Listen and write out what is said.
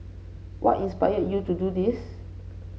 what inspired you to do this